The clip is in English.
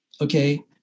Okay